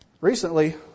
Recently